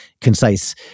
concise